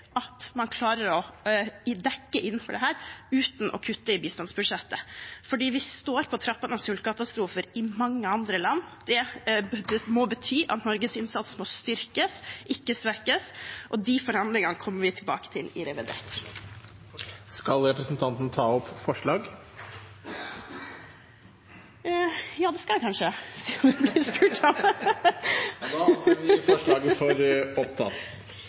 at man klarer å dekke inn for dette uten å kutte i bistandsbudsjettet, for det er sultkatastrofer på trappene i mange andre land. Det må bety at Norges innsats må styrkes, ikke svekkes, og de forhandlingene kommer vi tilbake til i revidert. Jeg tar opp forslagene som SV har sammen med andre. Representanten Kari Elisabeth Kaski har tatt opp de forslagene som hun refererte til. Det